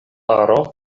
aro